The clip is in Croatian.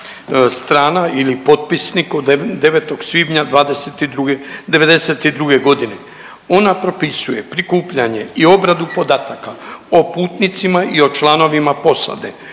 strana ili potpisnik od 9. svibnja 20 i, '92. godine. Ona propisuje prikupljanje i obradu podataka o putnicima i o članovima posade.